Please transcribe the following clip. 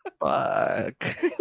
Fuck